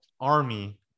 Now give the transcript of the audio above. army